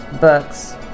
books